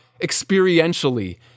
experientially